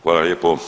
Hvala lijepo.